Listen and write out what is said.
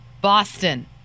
Boston